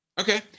Okay